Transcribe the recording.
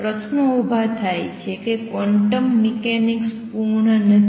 પ્રશ્નો ઉભા થાય છે કે ક્વોન્ટમ મિકેનિક્સ પૂર્ણ નથી